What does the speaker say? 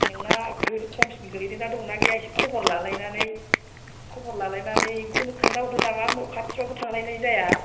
नोंना नेगोर खमसिन गोग्लैदों दा दं ना गैया एसे खबर लालायनानै खबर लालायनानै बेखौनो खोन्थाहरदो नामा खाथियावबो थांलायनाय जाया